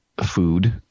food